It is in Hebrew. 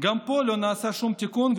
גם פה לא נעשה שום תיקון,